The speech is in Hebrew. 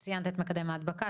ציינת את מקדם ההדבקה,